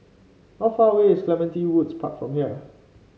how far away is Clementi Woods Park from here